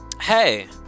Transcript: Hey